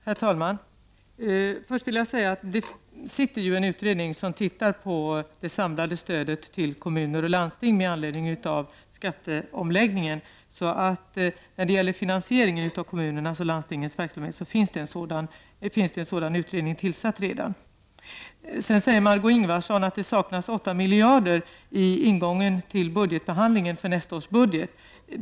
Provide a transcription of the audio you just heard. Herr talman! Först vill jag säga att det finns en utredning som tittar på det samlade stödet till kommuner och landsting med anledning av skatteomläggningen. När det gäller finansieringen av kommunernas och landstingens verksamhet finns det således redan en utredning. Margó Ingvardsson säger att det saknas 8 miljarder vid ingången till budgetbehandlingen avseende nästa års budget.